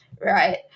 Right